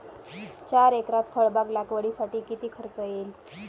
चार एकरात फळबाग लागवडीसाठी किती खर्च येईल?